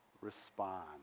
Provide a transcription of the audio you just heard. respond